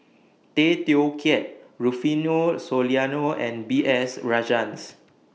Tay Teow Kiat Rufino Soliano and B S Rajhans